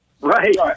Right